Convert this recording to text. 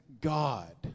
God